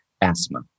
asthma